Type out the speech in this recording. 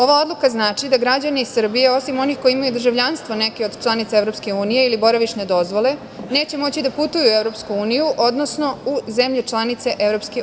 Ova odluka znači da građani Srbije, osim onih koji imaju državljanstvo neke od članica EU ili boravišne dozvole, neće moći da putuju u EU, odnosno u zemlje članice EU.